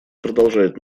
продолжает